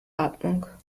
atmung